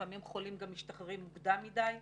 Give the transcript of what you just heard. לפעמים חולים גם משתחררים מוקדם מדי,